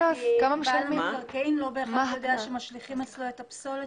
בעל המקרקעין לא בהכרח יודע שמשליכים אצלו את הפסולת.